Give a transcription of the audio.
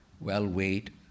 well-weighed